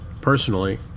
personally